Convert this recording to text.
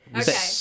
Okay